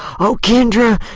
oh, kendra,